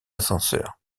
ascenseurs